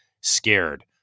scared